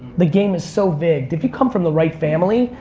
the game is so big. if you come from the right family,